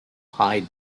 hide